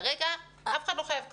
כרגע אף אחד לא חייב כלום.